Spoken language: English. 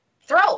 Throw